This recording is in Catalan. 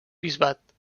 bisbat